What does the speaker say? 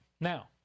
Now